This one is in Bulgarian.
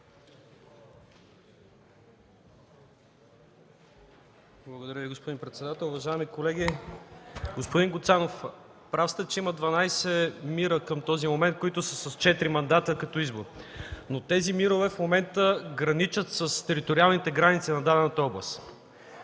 Благодаря Ви, господин председател. Уважаеми колеги! Господин Гуцанов, прав сте, че има 12 МИР-а към този момент, които са с четири мандата като избор. Но тези МИР-ове в момента граничат с териториалните граници на дадената област.